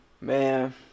man